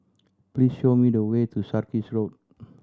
please show me the way to Sarkies Road